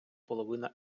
половина